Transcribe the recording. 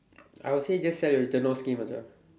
I would say just sell your scheme Macha